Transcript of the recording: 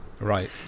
Right